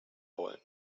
wollen